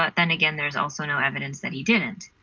and again, there's also no evidence that he didn't.